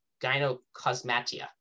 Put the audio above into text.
gynocosmatia